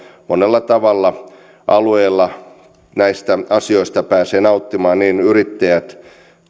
monella tavalla alueilla näistä asioista pääsevät nauttimaan niin yrittäjät